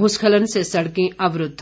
भूस्खलन से सड़कें अवरूद्व